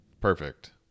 perfect